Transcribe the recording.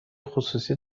خصوصی